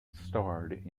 starred